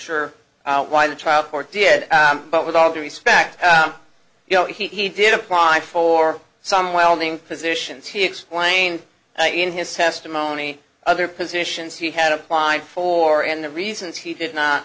sure why the trial court did but with all due respect you know he did apply for some welding positions he explained in his testimony other positions he had applied for and the reasons he did not